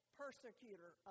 persecutor